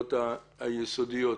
השאלות העיקריות.